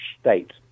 state